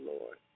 Lord